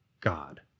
God